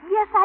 Yes